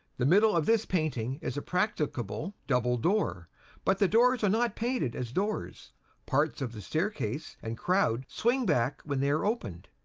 the middle of this painting is a practicable, double door but the doors are not painted as doors parts of the staircase and crowd swing back when they are opened.